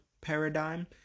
paradigm